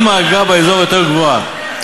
אם האגרה באזור יותר גבוהה,